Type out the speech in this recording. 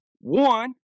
One